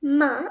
ma